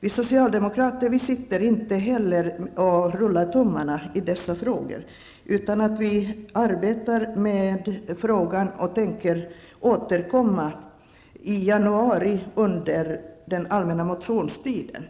Vi socialdemokrater sitter inte heller och rullar tummarna när det gäller dessa frågor, utan vi arbetar med dem och tänker återkomma i januari under den allmänna motionstiden.